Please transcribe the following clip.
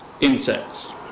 insects